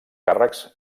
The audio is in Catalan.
càrrecs